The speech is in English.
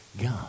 God